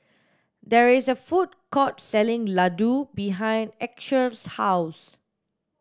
there is a food court selling Ladoo behind Esker's house